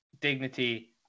dignity